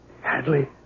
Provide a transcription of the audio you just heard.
Hadley